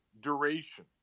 duration